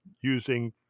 using